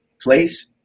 place